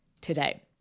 today